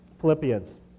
Philippians